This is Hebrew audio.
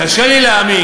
קשה לי להאמין,